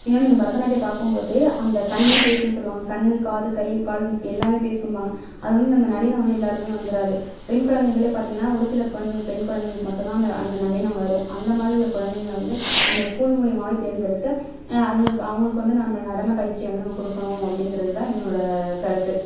இல்லைனு நீங்கள் பரதநாட்டியம் பார்க்கும் போது அந்த கண்ணே பேசும்ன்னு சொல்வாங்க கண்ணு காது கை கால் மூக்கு எல்லாமே பேசும்பாங்க அது வந்து அந்த நளினம் வந்து எல்லாருக்குமே வந்துறாது பெண் குழந்தைகளே பார்த்திங்கனா ஒரு சில பொண் பெண் குழந்தைகளுக்கு மட்டும் தான் அந்த அந்த நளினம் வரும் அந்தமாதிரி உள்ள குழந்தைங்கள வந்து நம்ம ஸ்கூல் மூலியமாகவே தேர்ந்தெடுத்து அதுங்களுக்கு அவங்களுக்கு வந்து நம்ம நடன பயிற்சி வந்து நம்ம கொடுக்கணும் அப்படிங்கிறது தான் என்னோட கருத்து